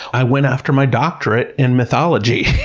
i went after my doctorate in mythology.